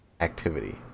activity